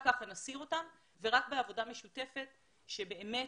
כך נסיר אותם ורק בעבודה משותפת שבאמת